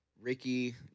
Ricky